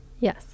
Yes